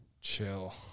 Chill